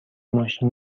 ماشین